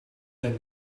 than